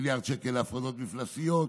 מיליארד שקל להפרדות מפלסיות,